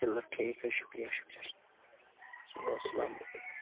چلو ٹھیٖک حظ شُکریہ شُکریہ چلو اَلسلامُ علیکُم